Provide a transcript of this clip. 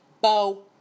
Bow